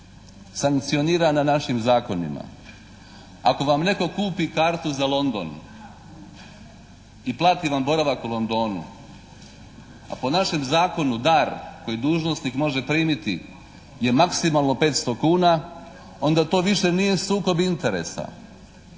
sankcionirana našim zakonima. Ako vam netko kupi kartu za London i plati vam boravak u Londonu, a po našem zakonu dar koji dužnosnik može primiti je maksimalno 500 kuna onda to više nije sukob interesa,